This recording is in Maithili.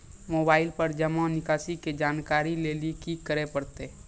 मोबाइल पर जमा निकासी के जानकरी लेली की करे परतै?